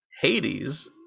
Hades